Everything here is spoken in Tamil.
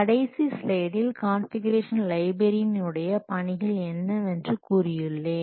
கடைசி ஸ்லைடில் கான்ஃபிகுரேஷன் லைப்ரேரியன் உடைய பணிகள் என்னவென்று சொல்லியுள்ளேன்